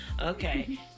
Okay